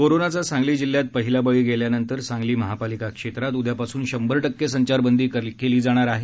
कोरोनाचा सांगली जिल्ह्यात पहिला बळी गेल्यानंतर सांगली महापालिका क्षेत्रात उद्यापासून शंभर टक्के संचारबंदी करण्यात येणार आहे